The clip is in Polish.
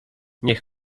niech